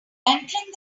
entering